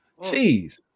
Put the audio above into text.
Jeez